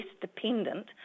dependent